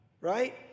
right